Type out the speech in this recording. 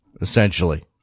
essentially